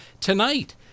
tonight